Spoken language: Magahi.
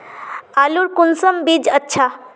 आलूर कुंसम बीज अच्छा?